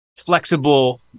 Flexible